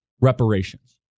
reparations